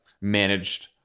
managed